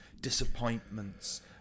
disappointments